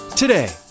Today